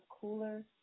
cooler